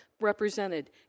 represented